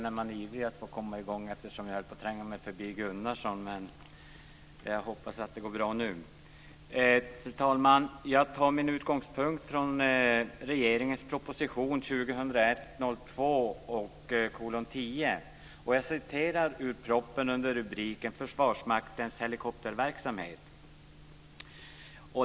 Fru talman! Jag tar min utgångspunkt i regeringens proposition 2001/02:10. Jag citerar ur propositionen under rubriken Försvarsmaktens helikopterverksamhet.